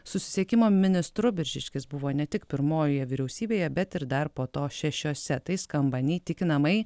susisiekimo ministru biržiškis buvo ne tik pirmojoje vyriausybėje bet ir dar po to šešiose tai skamba neįtikinamai